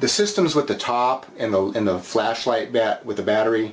the systems with the top and the in the flashlight that with the battery